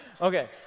okay